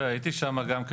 תראה, הייתי שם גם כן